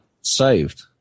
saved